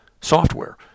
software